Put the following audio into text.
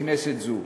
בכנסת זו.